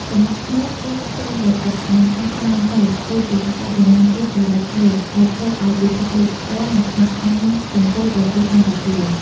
ចម្លាក់ថ្ម ការសូនដីឥដ្ឋ និងការត្បាញសូត្រ គឺជាអត្តសញ្ញាណជាតិដ៏លេចធ្លោ ដែលធ្វើឱ្យពិភពលោកស្គាល់ និងស្ញប់ស្ញែងចំពោះប្រទេសកម្ពុជា។